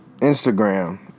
Instagram